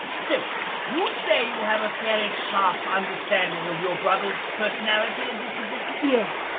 so you'd say you have a fairly sharp understanding of your brother's personality and disposition? yes.